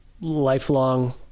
lifelong